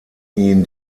ihn